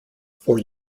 four